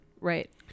Right